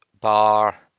bar